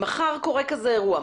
מחר קורה כזה אירוע,